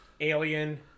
alien